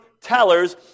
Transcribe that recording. tellers